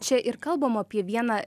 čia ir kalbam apie vieną